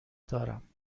دارم